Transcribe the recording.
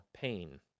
pain